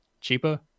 cheaper